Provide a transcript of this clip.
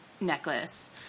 necklace